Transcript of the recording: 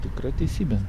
tikra teisybė